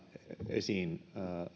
esiin